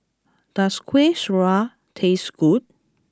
does Kueh Syara taste good